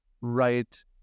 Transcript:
right